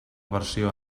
versió